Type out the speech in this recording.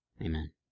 Amen